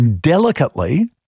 Delicately